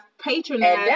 patronize